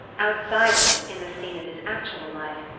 outside it, in the scene of his actual life,